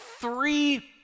three